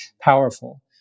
powerful